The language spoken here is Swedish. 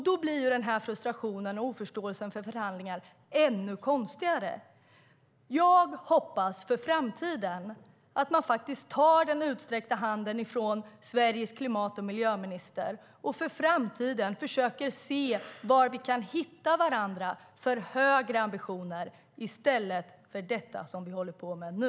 Då blir frustrationen och oförståelsen för förhandlingar ännu konstigare. Jag hoppas för framtiden att man tar den utsträckta handen från Sveriges klimat och miljöminister och för framtiden försöker att se var vi kan hitta varandra för att nå högre ambitioner i stället för det som vi håller på med nu.